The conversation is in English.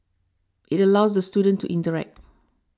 it allows the students to interact